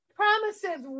promises